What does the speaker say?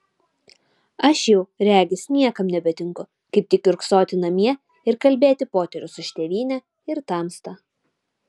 aš jau regis niekam nebetinku kaip tik kiurksoti namie ir kalbėti poterius už tėvynę ir tamstą